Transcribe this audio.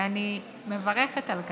ואני מברכת על כך.